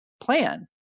plan